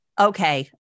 Okay